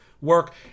work